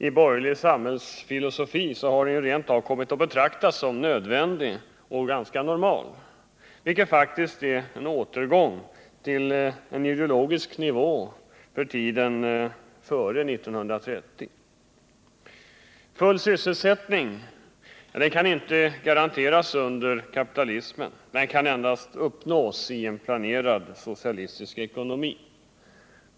I borgerlig samhällsfilosofi har denna företeelse kommit att betraktas som nödvändig och ganska normal, vilket faktiskt är en återgång till en ideologisk nivå från tiden före 1930. Full sysselsättning kan inte garanteras under kapitalismen utan kan endast uppnås i en planerad socialistisk ekonomi.